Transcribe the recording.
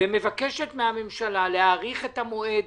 ומבקשת מן הממשלה להאריך את המועד